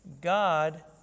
God